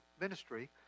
ministry